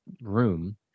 room